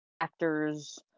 actors